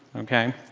ok.